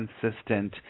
consistent